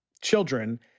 children